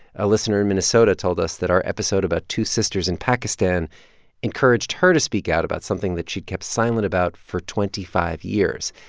a listener in minnesota told us that our episode about two sisters in pakistan encouraged her to speak out about something that she kept silent about for twenty five years.